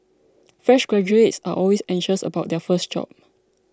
fresh graduates are always anxious about their first job